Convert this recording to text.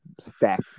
stack